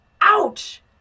ouch